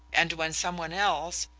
and when some one else,